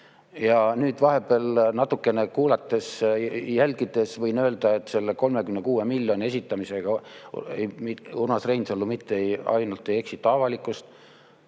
Ja nüüd vahepeal natukene kuulates, jälgides võin öelda, et selle 36 miljoni esitamisega Urmas Reinsalu mitte ainult ei eksita avalikkust,